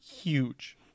huge